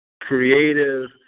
creative